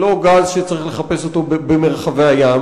זה לא גז שצריך לחפש אותו במרחבי הים.